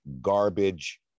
garbage